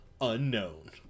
unknown